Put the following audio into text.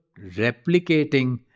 replicating